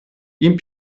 این